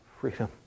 freedom